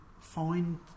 find